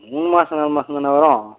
மூணு மாதம் நாலு மாதந்தானா வரும்